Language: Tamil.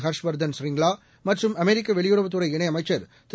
ஹர்ஷ்வர்தன் ஷ்ரிங்லாமற்றும் அமெரிக்கவெளியுறவுத்துறை இணையமைச்சர் திரு